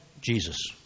Jesus